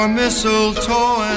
mistletoe